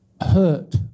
hurt